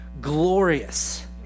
glorious